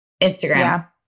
Instagram